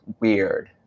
weird